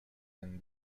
than